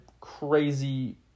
crazy